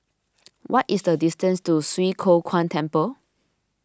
what is the distance to Swee Kow Kuan Temple